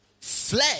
fled